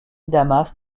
damas